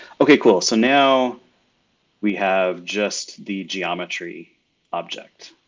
okay, cool so now we have just the geometry object.